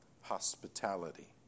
hospitality